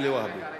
8296,